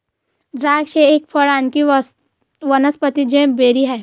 द्राक्ष एक फळ आणी वनस्पतिजन्य बेरी आहे